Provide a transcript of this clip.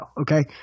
Okay